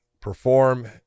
perform